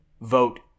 Vote